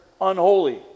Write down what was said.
unholy